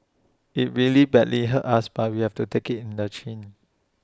IT really badly hurts us but we have to take IT in the chin